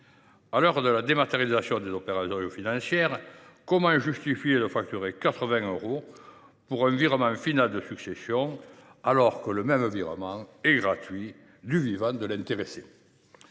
À l’heure de la dématérialisation des opérations financières, comment justifier de facturer 80 euros pour un virement final de succession, alors qu’un simple virement est gratuit du vivant de l’intéressé ?